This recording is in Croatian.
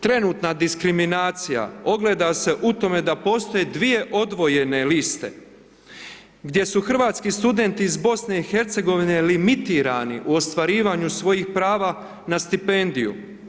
Trenutna diskriminacija ogleda se u tome da postoje dvije odvojene liste gdje su hrvatski studenti iz BiH limitirani u ostvarivanju svojih prava na stipendiju.